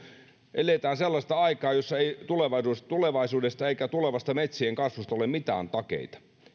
eletään sellaista aikaa jossa ei tulevaisuudesta eikä tulevasta metsien kasvusta ole mitään takeita